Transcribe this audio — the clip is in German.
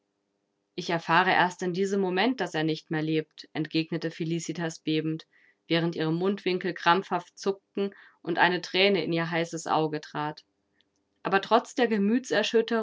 ich erfahre erst in diesem moment daß er nicht mehr lebt entgegnete felicitas bebend während ihre mundwinkel krampfhaft zuckten und eine thräne in ihr heißes auge trat aber trotz der